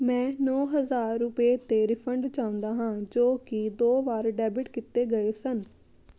ਮੈਂ ਨੌਂ ਹਜ਼ਾਰ ਰੁਪਏ 'ਤੇ ਰਿਫੰਡ ਚਾਹੁੰਦਾ ਹਾਂ ਜੋ ਕਿ ਦੋ ਵਾਰ ਡੈਬਿਟ ਕੀਤੇ ਗਏ ਸਨ